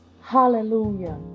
Hallelujah